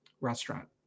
restaurant